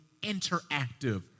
interactive